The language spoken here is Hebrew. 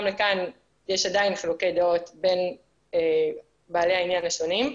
לכאן יש עדיין חילוקי דעות בין בעלי העניין השונים.